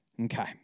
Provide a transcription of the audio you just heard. Okay